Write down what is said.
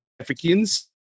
Africans